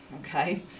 okay